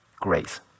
grace